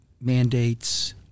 mandates